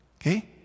Okay